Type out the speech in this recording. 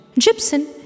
Gibson